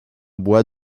bois